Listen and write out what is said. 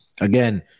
again